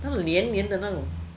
那个粘粘的那种